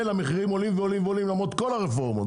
המחירים עולים ועולים למרות כל הרפורמות,